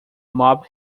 mob